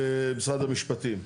משרד המשפטים.